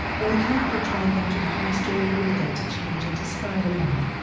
when parker climbed out of a high story window to change into spider-man,